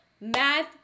math